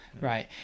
Right